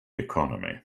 economy